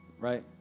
Right